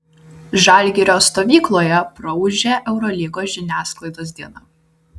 žalgirio stovykloje praūžė eurolygos žiniasklaidos diena